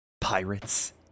pirates